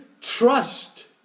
trust